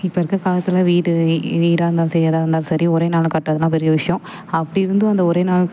இப்போ இருக்கற காலத்தல் வீடு எ வீடாக இருந்தாலும் சரி எதாக இருந்தாலும் சரி ஒரே நாளில் கட்டுறதுலாம் பெரிய விஷயம் அப்படி இருந்தும் அந்த ஒரே நாள்